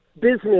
business